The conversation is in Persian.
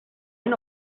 این